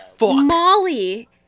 Molly